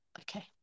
Okay